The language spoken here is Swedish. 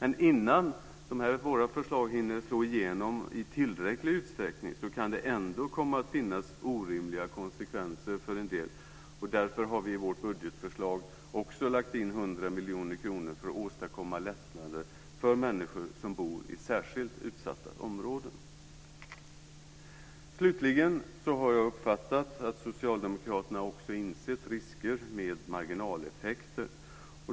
Men innan våra förslag hinner slå igenom i tillräcklig utsträckning kan det ändå komma att finnas orimliga konsekvenser för en del. Därför har vi i vårt budgetförslag lagt in 100 miljoner kronor för att åstadkomma lättnader för människor som bor i särskilt utsatta områden. Slutligen har jag uppfattat att socialdemokraterna också har insett riskerna med marginaleffekter.